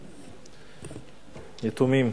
יתומים,